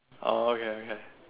orh okay okay